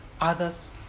others